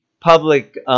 public